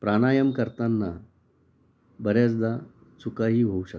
प्राणायाम करताना बऱ्याचदा चुकाही होऊ शकतात